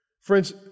Friends